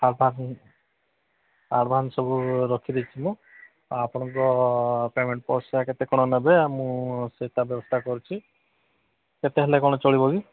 advance advance ସବୁ ରଖିଦେଇଛି ମୁଁ ଆପଣଙ୍କ ପେମେଣ୍ଟ ପଇସା କେତେ କ'ଣ ନେବେ ମୁଁ ସେଇଟା ବ୍ୟବସ୍ଥା କରୁଛିି କେତେ ହେଲେ କ'ଣ ଚଳିବ କି